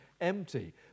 empty